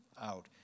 out